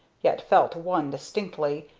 yet felt one distinctly,